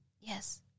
Yes